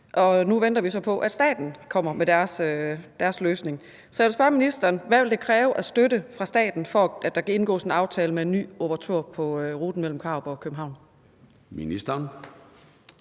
Nu venter vi så på, at staten kommer med deres løsning. Så jeg vil spørge ministeren: Hvad vil det kræve af støtte fra staten, for at der kan indgås en aftale med en ny operatør på ruten mellem Karup og København?